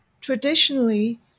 traditionally